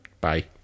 Bye